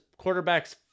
quarterbacks